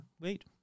Wait